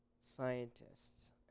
scientists